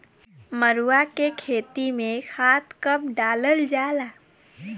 मरुआ के खेती में खाद कब डालल जाला?